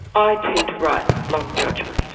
i tend to write long judgments,